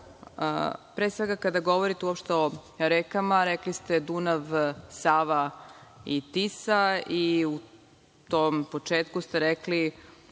svega, kada govorite uopšte o rekama, rekli ste Dunav, Sava i Tisa i na tom početku ste rekli